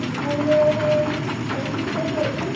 तर गूळ मिळऊन हे कितीक म्हणजे किती पैसे होतील